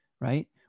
right